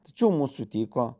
tačiau mūsų tyko